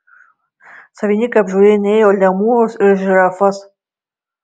savininkai apžiūrinėjo lemūrus ir žirafas